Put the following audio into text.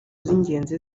z’ingenzi